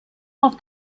auf